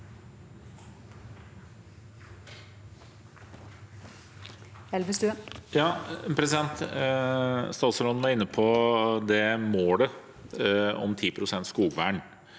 Statsråden var inne på målet om 10 pst. skogvern